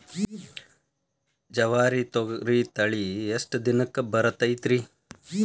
ಜವಾರಿ ತೊಗರಿ ತಳಿ ಎಷ್ಟ ದಿನಕ್ಕ ಬರತೈತ್ರಿ?